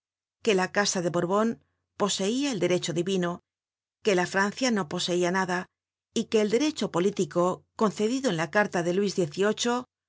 que la casa de borbon poseia el derecho divino que la francia no poseia nada y que el derecho político concedido en la carta de luis